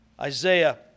Isaiah